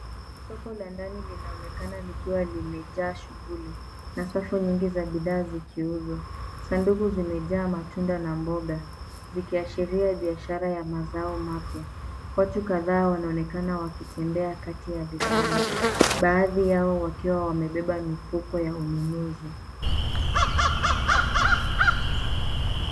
Soko la ndani linaonekana likiwa limejaa shughuli na safu nyingi za bidhaa zikiuzwa. Sanduku zimejaa matunda na mboga, zikiashiria biashara ya mazao mapya. Watu kadhaa wanaonekana wakitembea kati ya vibanda, baadhi yao wakiwa wamebeba mifuko ya ununuzi.